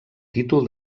títol